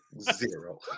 Zero